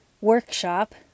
workshop